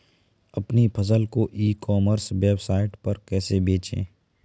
अपनी फसल को ई कॉमर्स वेबसाइट पर कैसे बेचें?